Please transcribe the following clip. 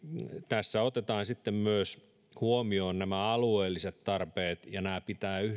tässä otetaan huomioon myös alueelliset tarpeet ja nämä pitää